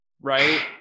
right